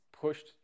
pushed